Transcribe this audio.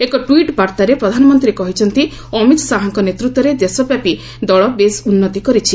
ଏକ ଟ୍ୱିଟ୍ ବାର୍ତ୍ତାରେ ପ୍ରଧାନମନ୍ତ୍ରୀ କହିଛନ୍ତି ଅମିତ୍ ଶାହାଙ୍କ ନେତୃତ୍ୱରେ ଦେଶବ୍ୟାପୀ ଦଳ ବେଶ୍ ଉନ୍ନତି କରିଛି